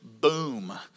boom